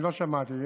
לא שמעתי.